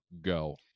Go